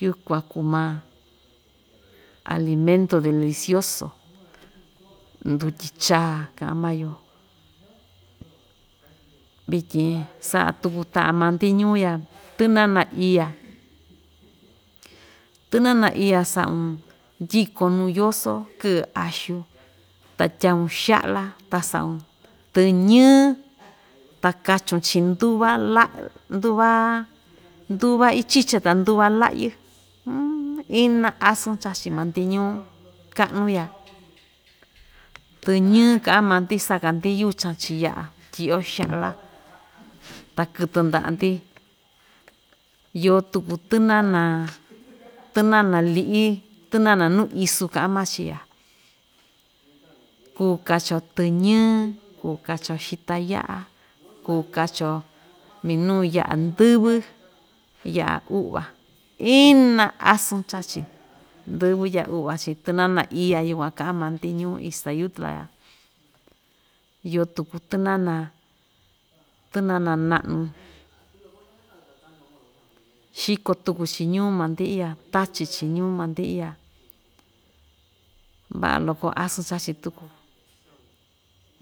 Yukuan kuu maa alimento delicioso, ndutyi chaa, kaꞌan maa‑yo vityin saꞌa tuku taꞌan maa‑ndi ñuu‑ya tɨnana iya tɨnana iya saꞌun, ndyiko nuu yoso kɨꞌɨ axu ta tyaun xaꞌla ta saꞌun tyɨñɨ ta kachun chiꞌin nduva laꞌa, nduva ichicha ta nduva laꞌyɨ ina asɨn chachi maa‑ndi ñuu kaꞌa‑nu ya, tɨñɨ kaꞌan maa‑ndi saka‑ndi yuchan chiꞌin yaꞌa tyiꞌyo xaꞌla ta kɨtɨ ndaꞌa‑ndi, iyo tuku tɨnana tɨnana liꞌi tɨnana nuu isu kaꞌan maa‑chi ya kuu kachi‑yo tɨñɨ kuu kachi‑yo xita yaꞌa kuu kachi‑yo minuu yaꞌa ndɨvɨ yaꞌa uꞌva ina asɨn chachi ndɨvɨ yaꞌa uꞌva chiꞌin tɨnana iya yukuan kaꞌan maa‑ndi ñuu ixtayutla ya iyo tuku tɨnana, tɨnana naꞌa‑nu, xiko tuku‑chi ñuu maa‑ndi iya tachi‑chi ñuu maa‑ndi iya vaꞌa loko asɨn chachi tuku